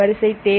வரிசை தேவை